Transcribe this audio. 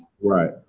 Right